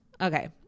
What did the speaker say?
okay